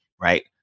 right